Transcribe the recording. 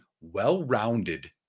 well-rounded